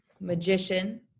magician